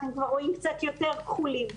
אנחנו כבר רואים קצת יותר כחולים.